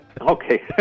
Okay